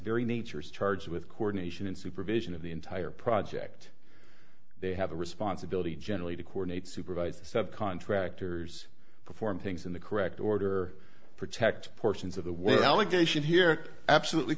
very nature is charged with coordination and supervision of the entire project they have a responsibility generally to coordinate supervise the subcontractors perform things in the correct order protect portions of the work allegation here absolutely